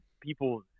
people